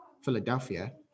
Philadelphia